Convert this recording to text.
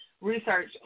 research